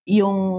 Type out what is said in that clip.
yung